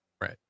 Right